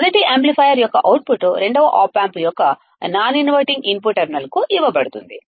మొదటి యాంప్లిఫైయర్ యొక్క అవుట్పుట్ రెండవ ఆప్ అంప్ యొక్క నాన్ ఇన్వర్టింగ్ ఇన్పుట్ టెర్మినల్క్ ఇవ్వబడుతుంది